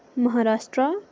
Maharashtra